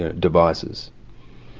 ah devices.